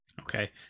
Okay